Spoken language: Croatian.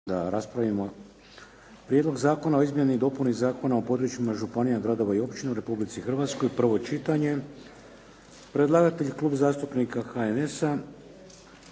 da raspravimo. 15. Prijedlog zakona o izmjeni i dopuni Zakona o područjima županija, gradova i općina u Republici Hrvatskoj – prvo čitanje, P.Z. br. 181, Predlagatelj: Klub zastupnika HNS-a